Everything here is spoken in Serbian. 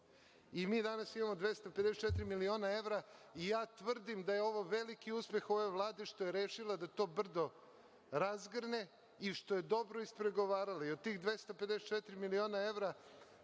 Mi danas imamo 254 miliona evra i tvrdim da je ovo veliki uspeh ove Vlade što je rešila da to brdo razgrne i što je dobro ispregovarala i od tih 254 miliona evra,